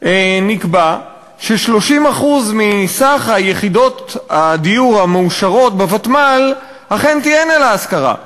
נקבע ש-30% מסך יחידות הדיור המאושרות בוותמ"ל אכן תהיינה להשכרה,